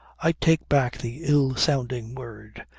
i take back the ill-sounding word,